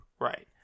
Right